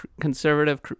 conservative